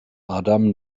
adam